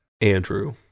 Andrew